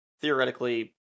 theoretically